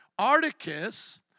Articus